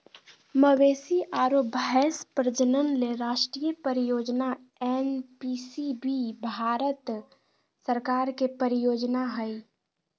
मवेशी आरो भैंस प्रजनन ले राष्ट्रीय परियोजना एनपीसीबीबी भारत सरकार के परियोजना हई